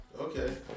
Okay